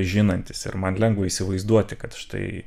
žinantis ir man lengva įsivaizduoti kad štai